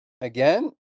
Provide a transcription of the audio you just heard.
again